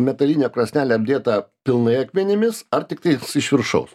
metalinė krosnelė apdėta pilnai akmenimis ar tiktai iš viršaus